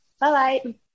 Bye-bye